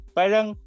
parang